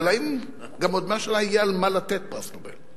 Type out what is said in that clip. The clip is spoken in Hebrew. האם גם בעוד 100 שנה יהיה על מה לתת פרס נובל?